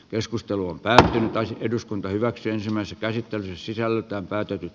keskustelu näyttäisi eduskunta hyväksyisimme sitä että ne sisällyttää päätynyt